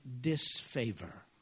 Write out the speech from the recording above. disfavor